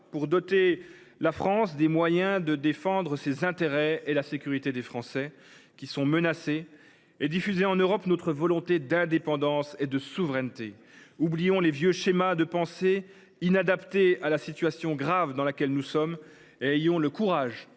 pour doter la France des moyens de défendre ses intérêts et la sécurité des Français, qui sont menacés, et diffuser en Europe notre volonté d’indépendance et de souveraineté. Oublions les vieux schémas de pensée, inadaptés à la situation grave dans laquelle nous sommes, et ayons le courage